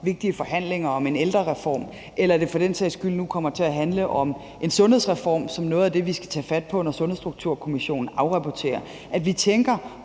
vigtige forhandlinger om en ældrereform, eller om det for den sags skyld nu kommer til at handle om en sundhedsreform, som er noget af det, vi skal tage fat på, når Sundhedsstrukturkommissionen afrapporterer. Det er